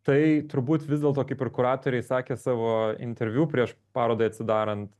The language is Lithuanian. tai turbūt vis dėlto kaip ir kuratoriai sakė savo interviu prieš parodai atsidarant